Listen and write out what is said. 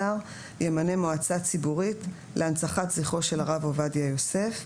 השר) ימנה מועצה ציבורית להנצחת זכרו של הרב עובדיה יוסף.